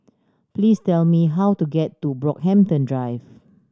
please tell me how to get to Brockhampton Drive